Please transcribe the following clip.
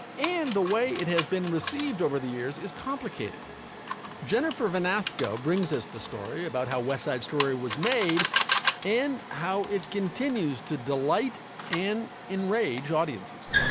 and the way it has been received over the years is complicated jennifer van asqa brings us the story about how west side story was made and how it continues to delight and enrage audiences